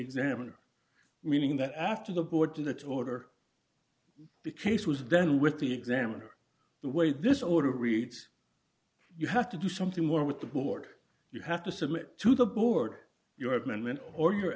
examiner meaning that after the board in that order because it was done with the examiner the way this order reads you have to do something more with the board you have to submit to the board your amendment or your